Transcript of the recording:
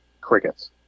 Crickets